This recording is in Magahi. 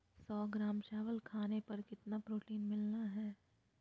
सौ ग्राम चावल खाने पर कितना प्रोटीन मिलना हैय?